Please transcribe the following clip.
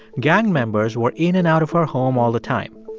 gang members were in and out of her home all the time.